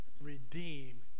redeem